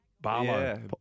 Barlow